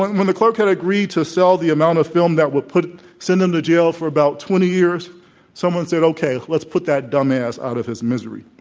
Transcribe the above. when the clerk had agreed to sell the amount of film that would send him to jail for about twenty years someone said okay, let's put that dumbass out of his misery.